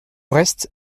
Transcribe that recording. reste